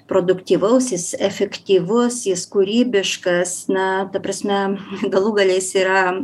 produktyvaus jis efektyvus jis kūrybiškas na ta prasme galų gale jis yra